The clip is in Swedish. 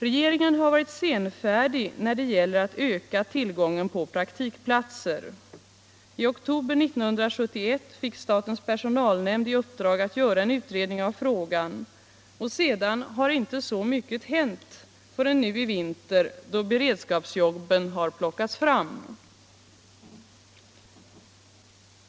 Regeringen har varit senfärdig när det gäller att öka tillgången på praktikplatser. I oktober 1971 fick statens personalnämnd i uppdrag att göra en utredning av frågan, och sedan har inte så mycket hänt förrän nu i vinter då beredskapsjobben har plockats fram.